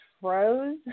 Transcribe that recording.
froze